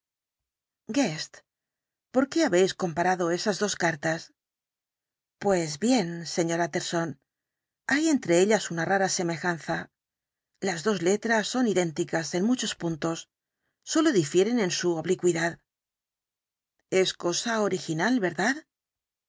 por qué habéis comparado esas dos cartas pues bien sr utterson hay entre ellas una rara semejanza las dos letras son idénticas en muchos puntos sólo difieren en su oblicuidad es cosa original verdad